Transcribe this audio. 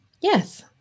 Yes